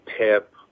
tip